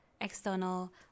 external